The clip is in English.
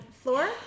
Floor